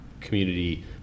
community